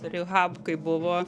rehab kai buvo